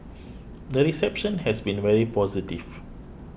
the reception has been very positive